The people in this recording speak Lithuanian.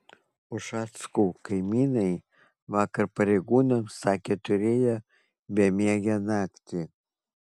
ušackų kaimynai vakar pareigūnams sakė turėję bemiegę naktį